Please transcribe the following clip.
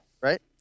right